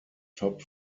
top